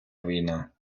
війна